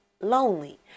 lonely